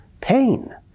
pain